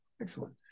Excellent